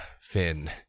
Finn